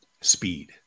speed